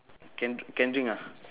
can can drink ah